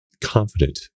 confident